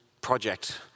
project